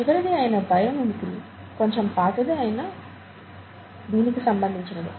చివరిది అయిన bio mimicry కొంచెం పాతదే అయినా కూడా దీనికి సంబంధించినదే